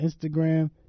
Instagram